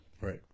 Right